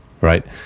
right